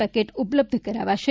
packet ઉપલબ્ધ કરાવાશે